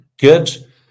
Good